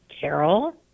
Carol